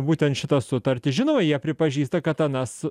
būtent šitą sutartį žinoma jie pripažįsta kad anas